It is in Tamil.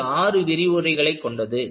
இது ஆறு விரிவுரைகளை கொண்டது